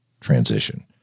transition